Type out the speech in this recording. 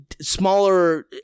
smaller